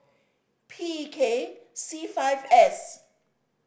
P E K C five S